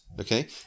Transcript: Okay